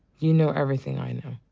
you know everything i know.